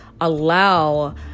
allow